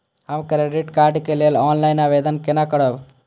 हम credit card के लेल ऑनलाइन आवेदन केना करब?